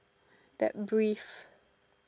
that brief